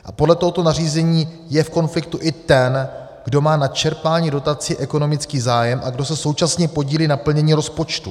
A podle tohoto nařízení je v konfliktu i ten, kdo má na čerpání dotací ekonomický zájem a kdo se současně podílí na plnění rozpočtu.